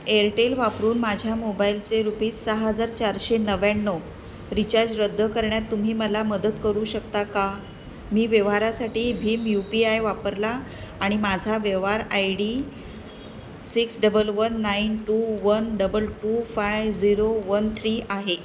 Airtel वापरून माझ्या मोबाईलचे रुपीज सहा हजार चारशे नव्याण्णव रिचार्ज रद्द करण्यात तुम्ही मला मदत करू शकता का मी व्यवहारासाठी भीम यू पी आय वापरला आणि माझा व्यवहार I D six double one nine two one double two five zero one three आहे